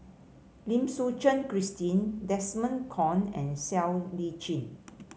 Lim Suchen Christine Desmond Kon and Siow Lee Chin